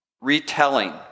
retelling